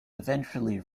eventually